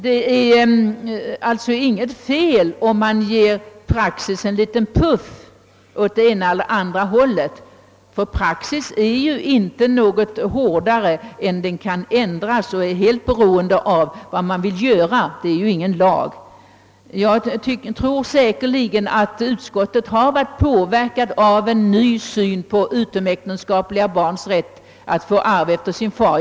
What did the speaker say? Det är alltså inget fel om man ger praxis en liten puff åt det ena eller det andra hållet. Praxis är inte mer bestämd än att den kan ändras; den är helt beroende av vad man gör och är ingen lag. Utskottet har säkert också varit påverkat av en ny syn på utom äktenskapliga barns rätt till arv efter sin far.